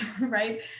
right